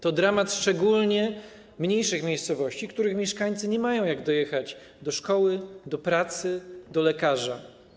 To dramat szczególnie mniejszych miejscowości, których mieszkańcy nie mają jak dojechać do szkoły, do pracy, do lekarza.